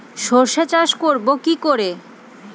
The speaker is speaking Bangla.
সর্ষে চাষ করব কি করে?